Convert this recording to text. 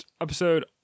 episode